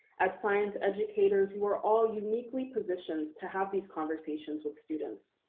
as science educators, you are all uniquely positioned to have these conversations with students,